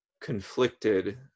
conflicted